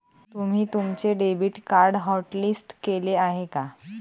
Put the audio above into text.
तुम्ही तुमचे debit card hotlist केले आहे का?